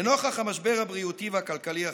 לנוכח המשבר הבריאותי והכלכלי החמור,